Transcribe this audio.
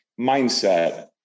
mindset